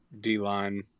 D-line